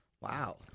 Wow